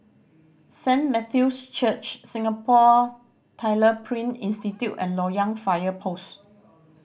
Saint Matthew's Church Singapore Tyler Print Institute and Loyang Fire Post